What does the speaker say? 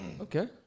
Okay